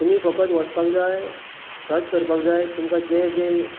तुमी फकत वचपाक जाय सर्च करपाक जाय तुमकां जे जे